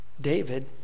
David